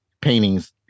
paintings